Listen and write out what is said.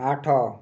ଆଠ